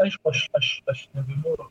aišku aš aš aš negaliu